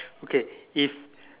okay if